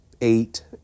eight